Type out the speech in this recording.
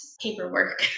paperwork